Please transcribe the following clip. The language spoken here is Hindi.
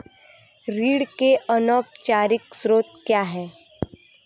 ऋण के अनौपचारिक स्रोत क्या हैं?